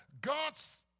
God's